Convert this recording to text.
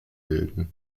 bilden